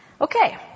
Okay